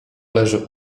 leży